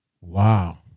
Wow